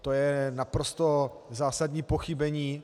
To je naprosto zásadní pochybení.